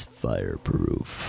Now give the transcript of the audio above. fireproof